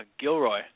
Gilroy